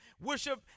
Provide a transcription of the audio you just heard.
worship